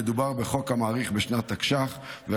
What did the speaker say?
מדובר בחוק המאריך שנית תקנות שעת חירום,